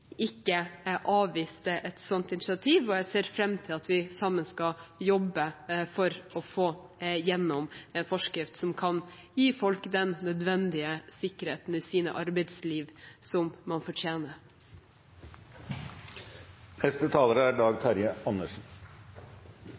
ikke avviste et slikt initiativ, og jeg ser fram til at vi sammen skal jobbe for å få gjennom en forskrift som kan gi folk den nødvendige sikkerheten i sitt arbeidsliv som man fortjener.